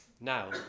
now